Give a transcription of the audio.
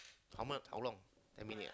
how much how long ten minute ah